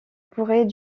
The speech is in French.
pourrait